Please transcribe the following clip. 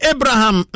Abraham